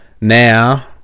now